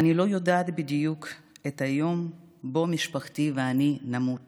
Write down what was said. אני לא יודעת בדיוק את היום שבו משפחתי ואני נמות